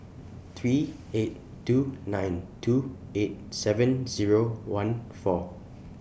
three eight two nine two eight seven Zero one four